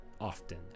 often